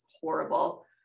horrible